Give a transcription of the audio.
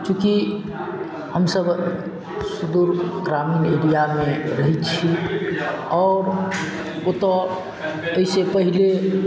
चूँकि हमसब सुदूर ग्रामीण एरियामे रहय छी आओर ओतऽ अइसँ पहिले